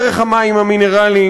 דרך המים המינרליים.